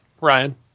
ryan